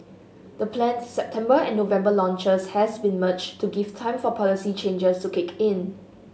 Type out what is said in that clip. the planned September and November launches had been merged to give time for policy changes to kick in